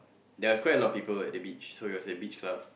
there was quite a lot of people at the beach so it was a beach club